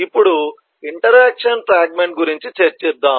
ఇప్పుడు interaction fragment గురించి చర్చిద్దాం